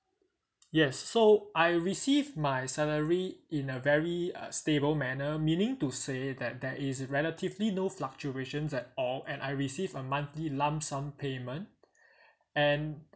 yes so I received my salary in a very uh stable manner meaning to say that there is relatively no fluctuation at all and I receive a monthly lump sum payment air and